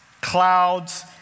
clouds